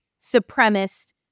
supremacist